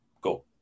Go